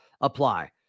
apply